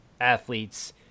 athletes